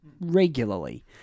regularly